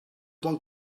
one